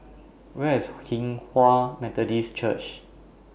Where IS Hinghwa Methodist Church